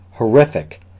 horrific